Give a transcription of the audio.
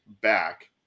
back